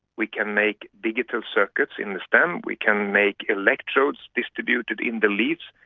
we can make digital circuits in the stem, we can make electrodes distributed in the leaves,